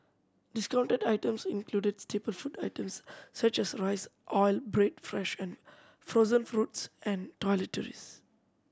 discounted items included staple food items such as rice oil bread fresh and frozen fruits and toiletries